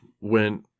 went